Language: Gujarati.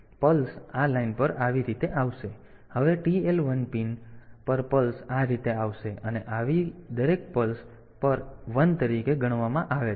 તેથી પલ્સ આ લાઇન પર આવી રીતે આવશે અને હવે TL 1 પિન પર પલ્સ આ રીતે આવશે અને આવી દરેક પલ્સ પર 1 તરીકે ગણવામાં આવે છે